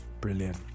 Brilliant